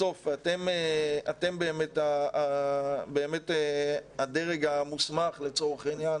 בסוף אתם באמת הדרג המוסמך לצורך העניין,